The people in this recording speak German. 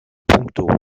puncto